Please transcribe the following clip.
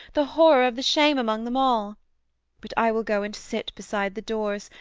the horror of the shame among them all but i will go and sit beside the doors,